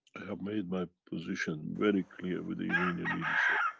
i have made my position very clear with the iranian leadership.